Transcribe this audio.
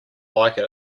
like